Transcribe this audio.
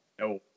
No